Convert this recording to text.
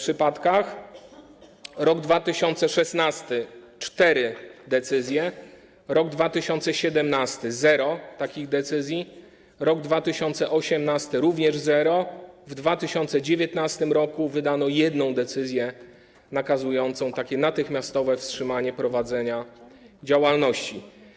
Rok 2016 - cztery decyzje, rok 2017 - zero takich decyzji, rok 2018 - również zero, w 2019 r. wydano jedną decyzję nakazującą natychmiastowe wstrzymanie prowadzenia działalności.